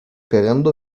cagando